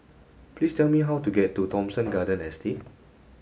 please tell me how to get to Thomson Garden Estate